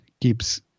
keeps